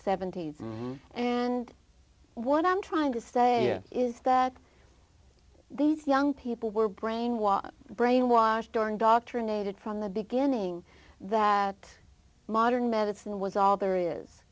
seventies and what i'm trying to say is that these young people were brainwashed brainwashed or indoctrinated from the beginning that modern medicine was all there is